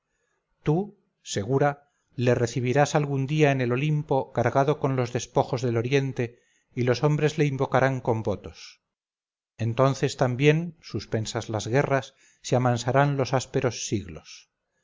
tú segura le recibirás algún día en el olimpo cargado con los despojos del oriente y los hombres le invocarán con votos entonces también suspensas las guerras se amansarán los ásperos siglos